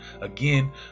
again